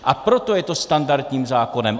A proto je to standardním zákonem.